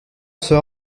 sera